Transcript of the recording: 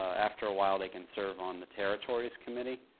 after a while they can serve on the territories committee,